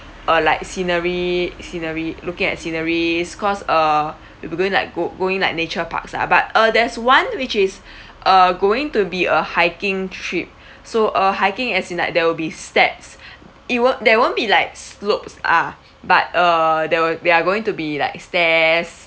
uh like scenery scenery looking at sceneries cause uh it'll be going like go~ going like nature parks ah but uh there's one which is uh going to be a hiking trip so uh hiking as in like there will be steps it will there won't be like slopes ah but err there'll they are going to be like stairs